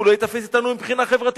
הוא לא ייתפס אתנו מבחינה חברתית.